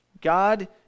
God